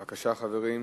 בבקשה, חברים.